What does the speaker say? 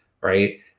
right